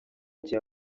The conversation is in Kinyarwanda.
gihe